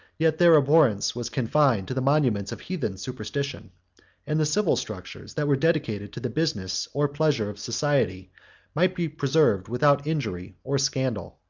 yet their abhorrence was confined to the monuments of heathen superstition and the civil structures that were dedicated to the business or pleasure of society might be preserved without injury or scandal.